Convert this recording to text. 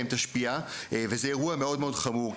את הכוח להשפיע וזה אירוע מאוד מאוד חמור,